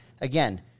again